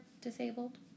disabled